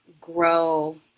grow